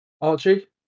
Archie